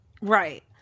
Right